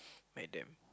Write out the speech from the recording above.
madam